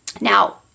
now